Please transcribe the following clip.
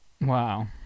wow